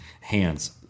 hands